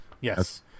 yes